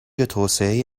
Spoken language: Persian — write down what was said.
توسعه